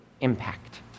impact